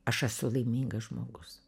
aš esu laimingas žmogus